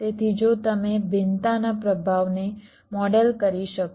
તેથી જો તમે ભિન્નતાના પ્રભાવને મોડેલ કરી શકો